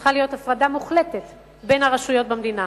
שצריכה להיות הפרדה מוחלטת בין הרשויות במדינה.